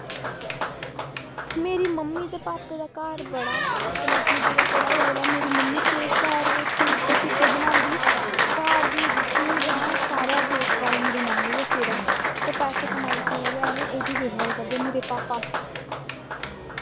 मेरे मम्मी ते भापै दा घर बड़ा गै अपनी अपनी जगह बड़ा रोल ऐ मेरी मम्मी बडलै चार बजे उट्ठियै रुट्टी बनांदी घर दी रुट्टी दा सारा देखभाल मेरी मम्मी दे सिर ऐ ते पैसे कमाई कियां लेई आने एह् दिक्खदे मेरे भापा